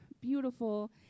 beautiful